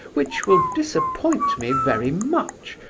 which will disappoint me very much,